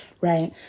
Right